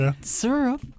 syrup